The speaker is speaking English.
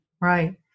Right